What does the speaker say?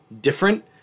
different